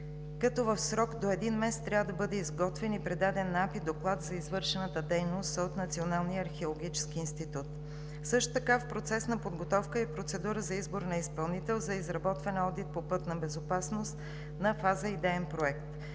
като в срок до един месец трябва да бъде изготвен и представен в АПИ доклад за извършената дейност от Националния археологически институт. Също така в процес на подготовка е процедура за избор на изпълнител за изработване одит по пътна безопасност на фаза идеен проект.